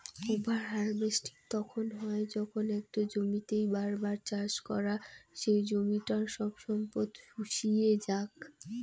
over harvesting তখন হই যখন একটা জমিতেই বার বার চাষ করাং সেই জমিটার সব সম্পদ শুষিয়ে যাক